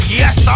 yes